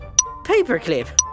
Paperclip